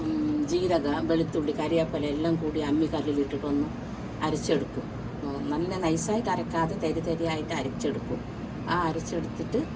ജീരകം വെളുത്തുള്ളി കറിവേപ്പില എല്ലാം കൂടി അമ്മിക്കല്ലിൽ ഇട്ടിട്ട് ഒന്ന് അരച്ചെടുക്കും നല്ല നൈസായിട്ട് അരക്കാതെ തരിതരിയായിട്ട് അരച്ചെടുക്കും ആ അരച്ചെടുത്തിട്ട്